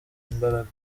imbaraga